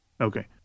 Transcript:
Okay